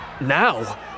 now